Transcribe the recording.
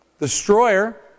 Destroyer